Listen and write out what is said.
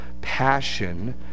passion